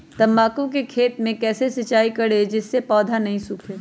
तम्बाकू के खेत मे कैसे सिंचाई करें जिस से पौधा नहीं सूखे?